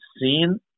seen